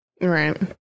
right